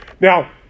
Now